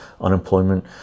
unemployment